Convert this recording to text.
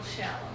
shallow